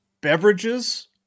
beverages